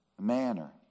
manner